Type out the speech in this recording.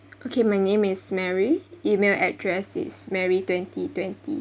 okay my name is mary email address is mary twenty twenty